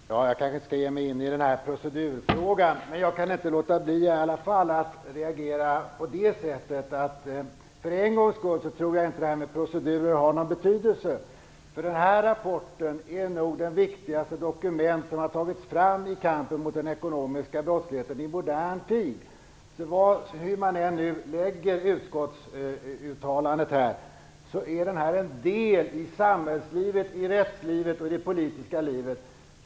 Herr talman! Jag kanske inte skall ge mig in i den här procedurfrågan. Men jag kan inte låta bli att reagera. För en gångs skull tror jag inte att proceduren har någon betydelse. Den här rapporten är nog det viktigaste dokument som har tagits fram i kampen mot den ekonomiska brottsligheten i modern tid. Hur man än hanterar utskottsuttalandet är det här en del av samhällslivet, rättslivet och det politiska livet.